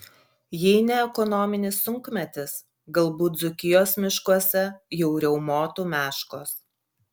jei ne ekonominis sunkmetis galbūt dzūkijos miškuose jau riaumotų meškos